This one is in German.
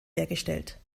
hergestellt